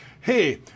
hey